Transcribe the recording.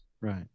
Right